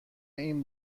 این